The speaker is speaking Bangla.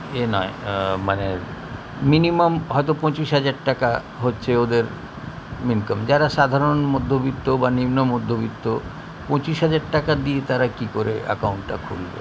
ইয়ে নয় মানে মিনিমাম হয়তো পঁচিশ হাজার টাকা হচ্ছে ওদের ইনকাম যারা সাধারণ মধ্যবিত্ত বা নিম্ন মধ্যবিত্ত পঁচিশ হাজার টাকা দিয়ে তারা কী করে অ্যাকাউন্টটা খুলবে